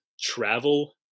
travel